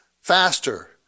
faster